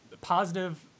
positive